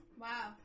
Wow